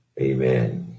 amen